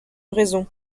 raison